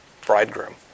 bridegroom